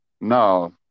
No